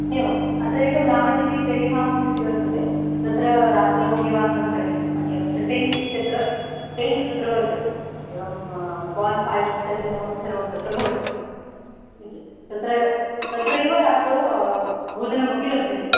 एवम् अत्र एकं रामटेक चेरि फ़ार्म् हौस् इति वर्तते तत्रा रात्रौ निवासः करणीयः एवञ्च टेण्ट् इत्यत्र टेण्ट् तत्र वर्तते एवं बान्फ़ैर् इत्यादिकमपि सर्वं तत्र भवति इति तत्र तत्रैव रात्रौ भोजनमपि लभ्यते